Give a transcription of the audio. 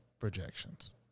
projections